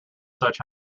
such